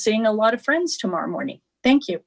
seeing a lot of friends tomorrow morning thank you